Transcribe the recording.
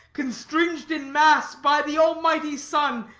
constring'd in mass by the almighty sun,